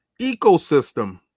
ecosystem